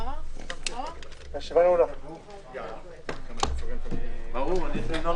הישיבה ננעלה בשעה 21:30.